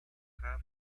cada